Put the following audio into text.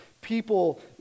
People